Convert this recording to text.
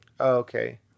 Okay